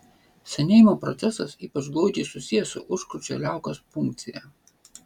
senėjimo procesas ypač glaudžiai susijęs su užkrūčio liaukos funkcija